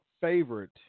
favorite